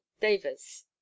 Davis